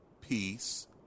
peace